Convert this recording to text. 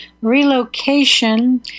relocation